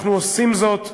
אנחנו עושים זאת,